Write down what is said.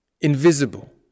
invisible